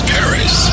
Paris